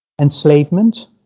enslavement